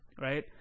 right